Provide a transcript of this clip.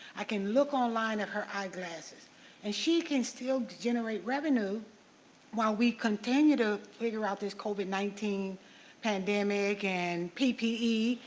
i can look online at her eyeglasses and she can still generate revenue while we continue to figure out this covid nineteen pandemic and ppe.